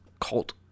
cult